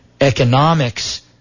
economics